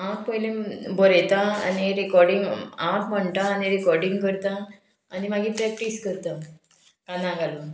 हांव पयलीं बरयतां आनी रिकॉडींग हांवच म्हणटा आनी रिकोर्डींग करतां आनी मागीर प्रॅक्टीस करतां काना घालून